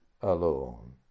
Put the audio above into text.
alone